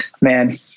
man